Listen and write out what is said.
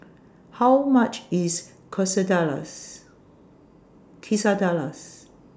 How much IS Quesadillas